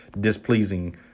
displeasing